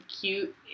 cute